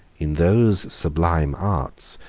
in those sublime arts,